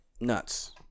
Nuts